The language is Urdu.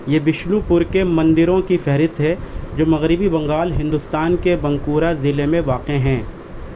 یہ بشنو پور کے مندروں کی فہرست ہے جو مغربی بنگال ہندوستان کے بنکورا ضلعے میں واقع ہیں